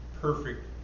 perfect